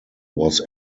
was